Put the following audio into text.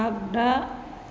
आगदा